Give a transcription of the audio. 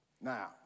Now